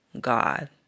God